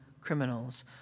criminals